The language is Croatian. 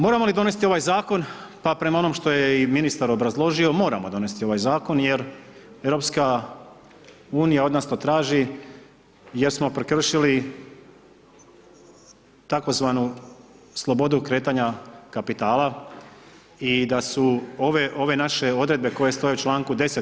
Moramo li donesti ovaj zakon pa prema onom što je i ministar obrazložio moramo donesti ovaj zakon jer EU od nas to traži jer smo prekršili tzv. slobodu kretanja kapitala i da su ove, ove naše odredbe koje stoje u članku 10.